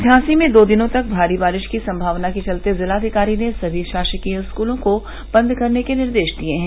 झांसी में दो दिनों तक भारी बारिश की संभावना के चलते जिलाधिकारी ने सभी शासकीय स्कूलों को बंद करने के निर्देश दिये हैं